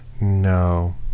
no